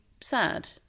sad